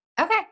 Okay